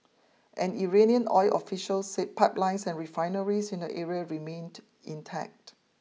an Iranian oil official said pipelines and refineries in the area remained intact